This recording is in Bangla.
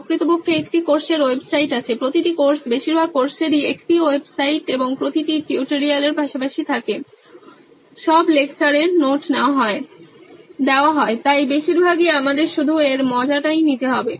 প্রকৃতপক্ষে একটি কোর্সের ওয়েবসাইট আছে প্রতিটি কোর্স বেশিরভাগ কোর্সেরই একটি ওয়েবসাইট এবং প্রতিটি টিউটোরিয়াল পাশাপাশি থাকে সব লেকচারের নোট দেওয়া হয় তাই বেশিরভাগই আমাদের শুধু এর মজাটা নিতে হবে